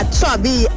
Chubby